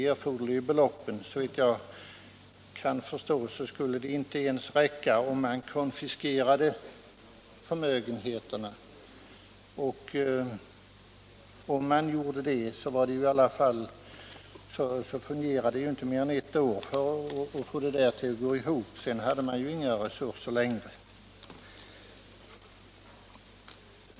Men såvitt jag kan förstå skulle det inte räcka ens om man konfiskerade förmögenheterna, och gjorde man det skulle det ju fungera bara ett år. Sedan hade man inga resurser längre.